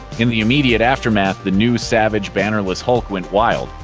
in the immediate aftermath, the new, savage, banner-less hulk went wild,